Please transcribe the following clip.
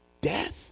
death